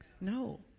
No